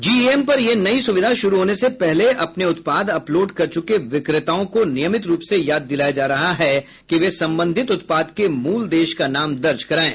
GEM पर यह नई सुविधा शुरू होने से पहले अपने उत्पाद अपलोड कर चुके विक्रेताओं को नियमित रूप से याद दिलाया जा रहा है कि वे संबंधित उत्पाद के मूल देश का नाम दर्ज कराएं